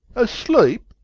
asleep?